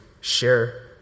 share